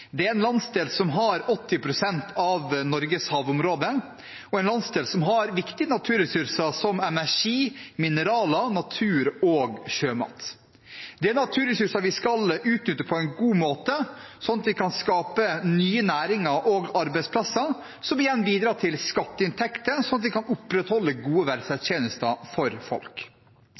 Det er en landsdel som har 80 pst. av Norges havområde, og en landsdel som har viktige naturressurser som energi, mineraler, natur og sjømat. Det er naturressurser vi skal utnytte på en god måte, sånn at vi kan skape nye næringer og arbeidsplasser som igjen bidrar til skatteinntekter sånn at vi kan opprettholde gode velferdstjenester for folk.